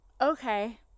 Okay